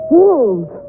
wolves